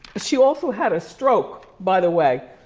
she also had a stroke by the way,